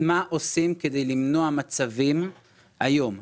מה עושים כדי למנוע מצבים היום?